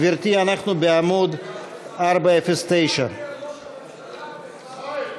גברתי, אנחנו בעמוד 409. ישראל,